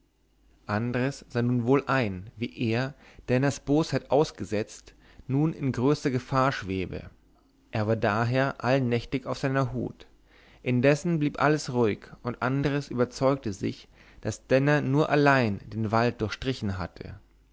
andres sah nun wohl ein wie er denners bosheit ausgesetzt nun in großer gefahr schwebe er war daher allnächtlich auf seiner hut indessen blieb alles ruhig und andres überzeugte sich daß denner nur allein den wald durchstrichen hatte